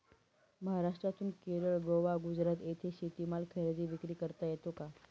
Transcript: महाराष्ट्रातून केरळ, गोवा, गुजरात येथे शेतीमाल खरेदी विक्री करता येतो का?